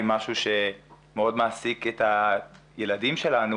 היא משהו שמאוד מעסיק את הילדים שלנו